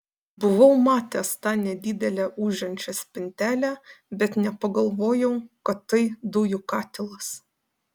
buvau matęs tą nedidelę ūžiančią spintelę bet nepagalvojau kad tai dujų katilas